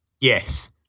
Yes